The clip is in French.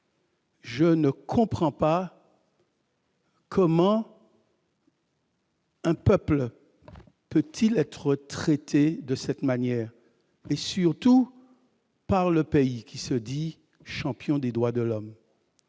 Je ne comprends pas comment un peuple peut être traité de cette manière, surtout par le pays qui se dit le champion des droits de l'homme